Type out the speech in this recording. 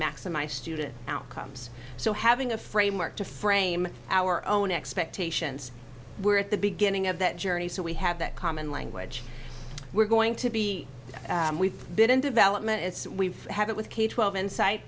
maximize student outcomes so having a framework to frame our own expectations we're at the beginning of that journey so we have that common language we're going to be we've been in development we've had it with k twelve inside